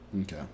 Okay